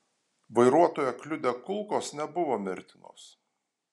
vairuotoją kliudę kulkos nebuvo mirtinos